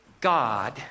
God